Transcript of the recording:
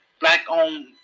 Black-owned